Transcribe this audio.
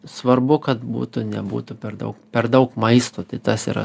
svarbu kad būtų nebūtų per daug per daug maisto tai tas yra